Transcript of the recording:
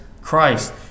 Christ